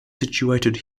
situated